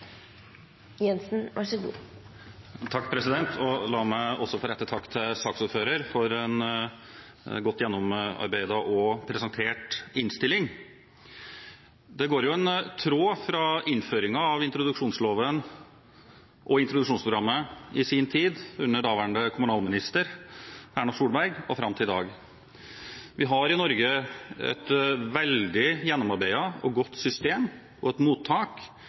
en godt gjennomarbeidet og presentert innstilling. Det går en tråd fra innføringen av introduksjonsloven og introduksjonsprogrammet i sin tid, under daværende kommunalminister Erna Solberg, og fram til i dag. Vi har i Norge et veldig gjennomarbeidet og godt system for mottak av dem som kommer til Norge, og